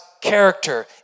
character